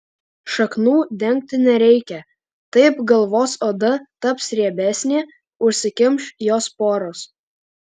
šaknų dengti nereikia taip galvos oda taps riebesnė užsikimš jos poros